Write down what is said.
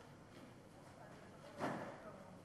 כי כאמור סגן שר החוץ שאמור היה להשיב איבד את קולו.